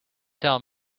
tell